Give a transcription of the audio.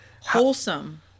Wholesome